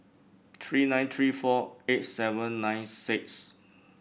three nine three four eight seven nine six